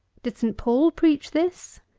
did saint paul preach this?